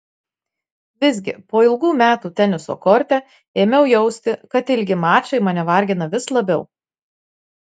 visgi po ilgų metų teniso korte ėmiau jausti kad ilgi mačai mane vargina vis labiau